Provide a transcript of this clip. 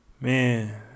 man